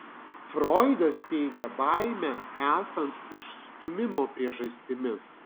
froidas teigia baimę esant išstūmimo priežastimi